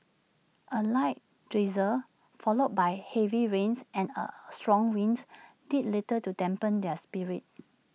A light drizzle followed by heavy rains and A strong winds did little to dampen their spirits